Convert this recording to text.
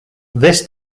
this